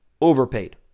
overpaid